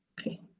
Okay